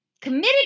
committed